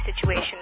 situation